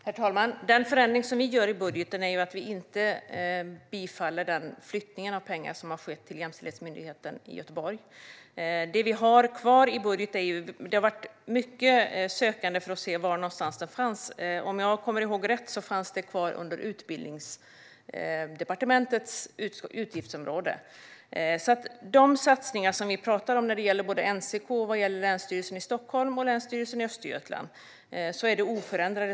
Herr talman! Den förändring som vi gör i budgeten är att vi inte bifaller den flytt av pengar som har skett till jämställdhetsmyndigheten i Göteborg. Det har varit mycket sökande för att se var någonstans det fanns, det som vi har kvar i budget. Om jag kommer ihåg rätt fanns det kvar under Utbildningsdepartementets utgiftsområde. De satsningar som vi pratar om när det gäller NCK, Länsstyrelsen Stockholm och Länsstyrelsen Östergötland är oförändrade.